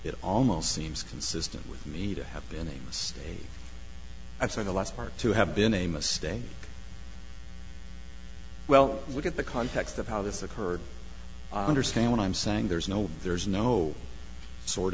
it almost seems consistent with me to have been a state that's on the last part to have been a mistake well look at the context of how this occurred i understand what i'm saying there's no there's no sort